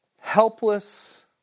helpless